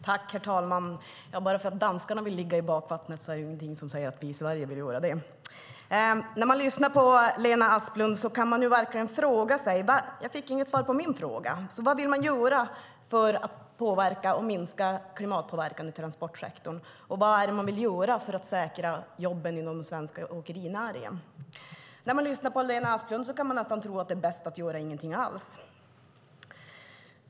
Herr talman! Bara för att danskarna vill ligga i bakvattnet är det ingenting som säger att vi i Sverige vill göra det. Jag fick inget svar på min fråga. När man lyssnar på Lena Asplund kan man verkligen ställa frågan: Vad vill ni göra för att påverka och minska klimatpåverkan i transportsektorn, och vad vill ni göra för att säkra jobben inom den svenska åkerinäringen? När man lyssnar på Lena Asplund kan man nästan tro att det är bäst att inte göra någonting alls.